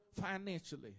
financially